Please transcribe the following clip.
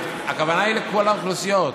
" הכוונה היא לכל האוכלוסיות.